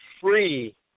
free